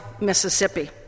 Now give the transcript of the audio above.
Mississippi